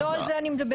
לא על זה אני מדברת.